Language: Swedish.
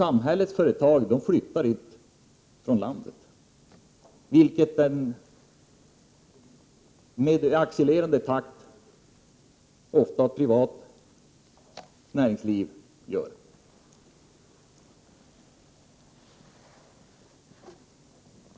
Samhällets företag flyttar inte utomlands, vilket ofta det privata näringslivet i en accelererande takt gör.